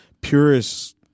Purists